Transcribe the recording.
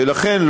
ולכן,